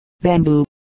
bamboo